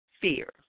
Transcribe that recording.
fear